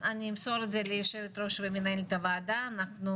אני אמסור את זה ליושבת ראש ומנהלת הוועדה, אנחנו